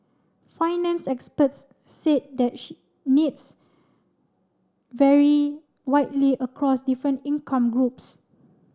finance experts said the needs vary widely across different income groups